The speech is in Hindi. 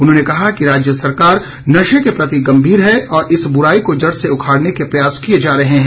उन्होंने कहा कि राज्य सरकार नशे के प्रति गम्भीर है और इस बुराई को जड़ से उखाड़ने के प्रयास किए जा रहे हैं